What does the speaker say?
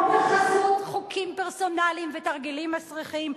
לא בחסות חוקים פרסונליים ותרגילים מסריחים,